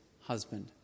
husband